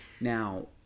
now